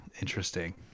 Interesting